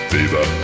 Fever